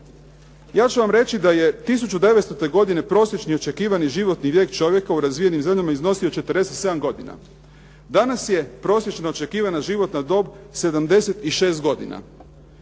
Ja ću vam reći da je 1900. godine prosječni očekivani životni vijek čovjeka u razvijenim zemljama iznosio 47 godina. Danas je prosječno očekivana životna dob 76 godina.